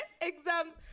exams